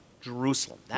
Jerusalem